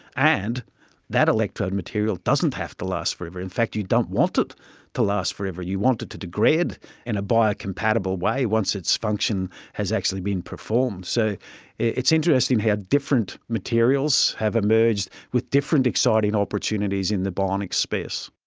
and that electrode material doesn't have to last forever. in fact you don't want it to last forever, you want it to degrade in a biocompatible way once its function has actually been performed. so it's interesting how ah different materials have emerged with different exciting opportunities in the bionic space.